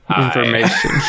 Information